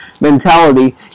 mentality